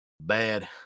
Bad